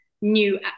new